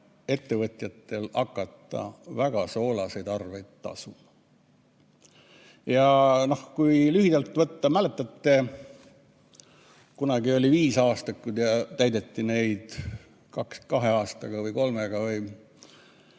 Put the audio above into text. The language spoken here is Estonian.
ettevõtjatel hakata väga soolaseid arveid tasuma. Kui lühidalt võtta, mäletate, kunagi olid viisaastakud ja neid täideti kahe või kolme